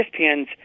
ESPNs